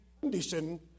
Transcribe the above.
condition